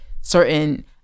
certain